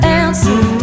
answer